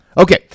Okay